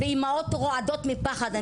ואימהות רועדות מפחד.